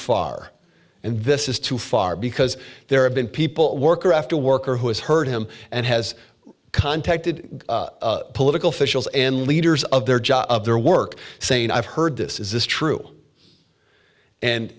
far and this is too far because there have been people worker after worker who has heard him and has contacted political officials and leaders of their job of their work saying i've heard this is this true and